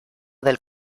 del